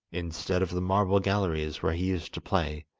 instead of the marble galleries where he used to play,